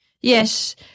Yes